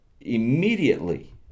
immediately